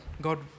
God